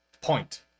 Point